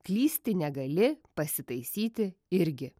klysti negali pasitaisyti irgi